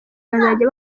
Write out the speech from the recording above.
bazajya